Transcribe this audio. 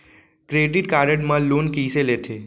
Credit card मा loan कइसे लेथे?